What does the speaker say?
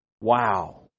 Wow